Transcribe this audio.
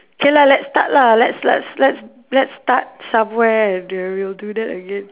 K lah let's start lah let's let's let's let's start somewhere at the we'll do that again